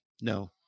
No